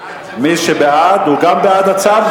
מי שבעד, הוא בעד הצו?